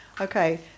okay